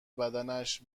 بدنش